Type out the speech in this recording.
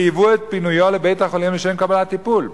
חייבו את פינויו לבית-החולים לשם קבלת טיפול.